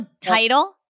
title